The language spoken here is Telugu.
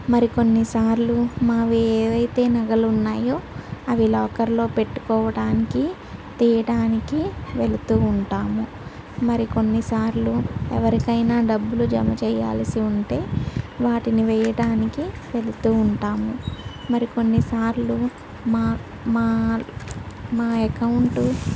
మరి కొన్ని సార్లు మావి ఏవైతే నగలున్నాయో అవి లాకర్లో పెట్టుకోవడానికి తీయడాానికి వెళుతూ ఉంటాము మరి కొన్నిసార్లు ఎవరికైనా డబ్బులు జమ చెయ్యాల్సి ఉంటే వాటిని వెయ్యడానికి వెళుతూ ఉంటాము మరి కొన్నిసార్లు మా మా మా అకౌంటు